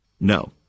No